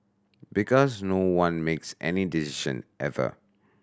because no one makes any decision ever